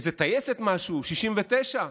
איזה טייסת משהו, 69,